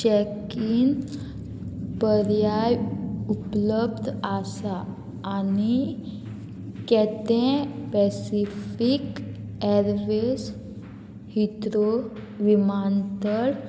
check in पर्याय उपलब्ध आसा आनी केते पॅसिफीक एअरवेज हिथ्रो विमानतळ